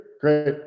great